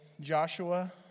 Joshua